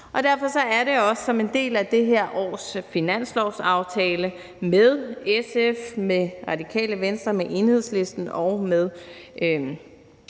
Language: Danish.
Derfor er det også som en del af det her års finanslovsaftale med SF, Radikale Venstre, Enhedslisten og